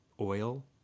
oil